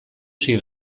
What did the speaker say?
sri